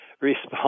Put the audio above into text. respond